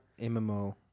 MMO